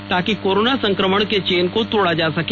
ताकि कोरोना संक्रमण के चेन को तोड़ा जा सके